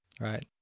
right